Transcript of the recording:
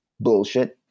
Bullshit